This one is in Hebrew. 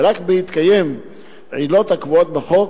ורק בהתקיים עילות הקבועות בחוק: